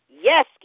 yes